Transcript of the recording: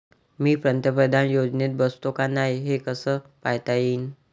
मी पंतप्रधान योजनेत बसतो का नाय, हे कस पायता येईन?